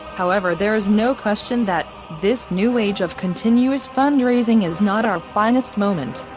however there is no question that, this new age of continuous fundraising is not our finest moment.